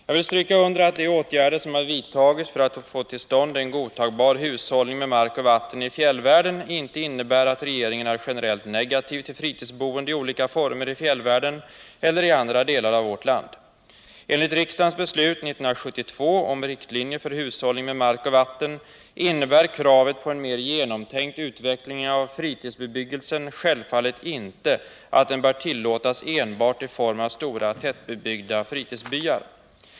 Jag vill stryka under att de åtgärder som har vidtagits för att få till stånd en godtagbar hushållning med mark och vatten i fjällvärlden inte innebär att regeringen är generellt negativ till fritidsboende i olika former i fjällvärlden eller i andra delar av vårt land. Enligt riksdagens beslut år 1972 om riktlinjer för hushållning med mark och vatten innebär kravet på en mer genomtänkt utveckling av fritidsbebyggelsen självfallet inte att den bör tillåtas enbart i form av stora tätbebyggda fritidsbyar.